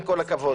עם כל הכבוד.